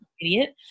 idiot